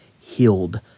healed